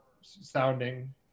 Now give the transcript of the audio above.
sounding